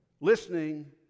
listening